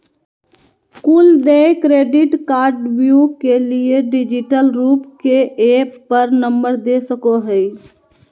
कुल देय क्रेडिट कार्डव्यू के लिए डिजिटल रूप के ऐप पर नंबर दे सको हइ